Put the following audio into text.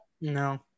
No